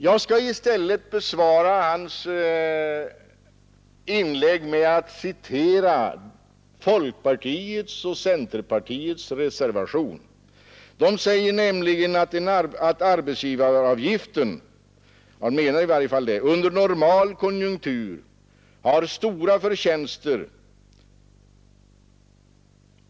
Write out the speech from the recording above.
Jag skall i stället besvara hans inlägg med att citera ur folkpartiets och centerpartiets reservation. Det resonemang som där förs grundas på att arbetsgivaravgiften under normal konjunktur har stora förtjänster.